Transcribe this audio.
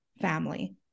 family